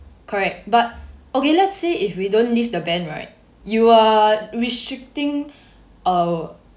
correct but okay let's say if we don't lift the ban right you're restricting uh